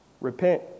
repent